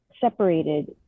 separated